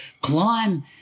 climb